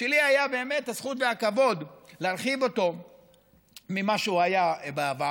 ולי באמת היו הזכות והכבוד להרחיב אותו ממה שהוא היה בעבר,